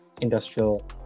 industrial